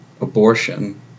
abortion